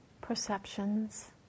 perceptions